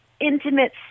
intimate